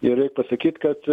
ir reik pasakyt kad